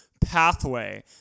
pathway